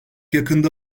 yakında